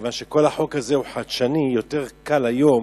מכיוון שכל החוק הזה הוא חדשני, יותר קל היום